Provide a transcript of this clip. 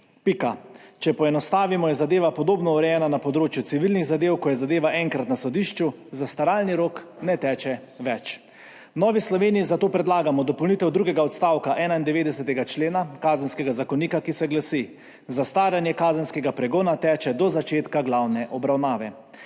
Pika. Če poenostavimo, je zadeva podobno urejena na področju civilnih zadev, ko je zadeva enkrat na sodišču, zastaralni rok ne teče več. V Novi Sloveniji zato predlagamo dopolnitev drugega odstavka 91. člena Kazenskega zakonika, ki se glasi: »Zastaranje kazenskega pregona teče do začetka glavne obravnave.«